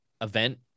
event